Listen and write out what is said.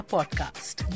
Podcast